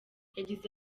yagize